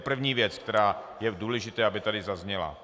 To je první věc, která je důležitá, aby tady zazněla.